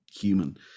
human